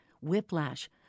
whiplash